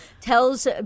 tells